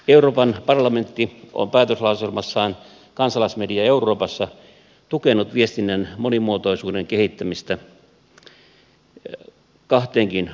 euroopan parlamentti on päätöslauselmassaan kansalaismedia euroopassa tukenut viestinnän monimuotoisuuden kehittämistä kahteenkin otteeseen